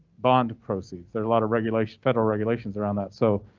bond proceeds there are a lot of regulations. federal regulations around that so.